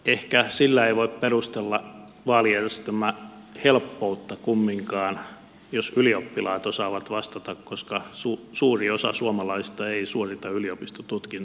ehkä sillä jos ylioppilaat osaavat vastata ei voi perustella vaalijärjestelmän helppoutta kumminkaan koska suuri osa suomalaisista ei suorita ylioppilastutkintoa